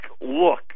look